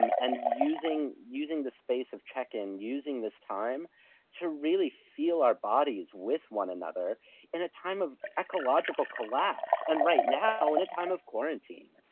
um and using using the space of check-in, using this time to really feel our bodies with one another in a time of ecological collapse, and right now, in a time of quarantine.